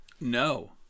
No